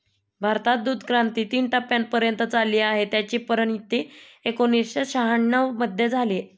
भारतात दूधक्रांती तीन टप्प्यांपर्यंत चालली आणि त्याची परिणती एकोणीसशे शहाण्णव मध्ये झाली